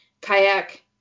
Kayak